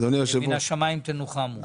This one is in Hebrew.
מן השמים תנוחם.